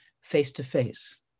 face-to-face